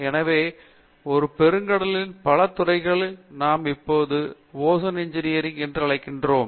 எனவே ஒரு பெருங்கடலில் பல துறைகளை நாம் இப்பொழுது ஓசான் இன்ஜினியரில் என்று அழைக்கிறோம்